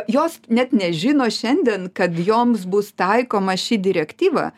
jos net nežino šiandien kad joms bus taikoma ši direktyva